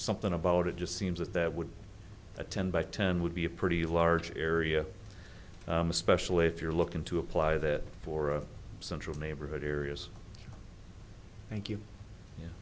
something about it just seems that that would be a ten by ten would be a pretty large area especially if you're looking to apply that for a central neighborhood areas thank you